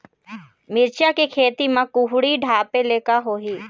मिरचा के खेती म कुहड़ी ढापे ले का होही?